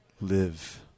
Live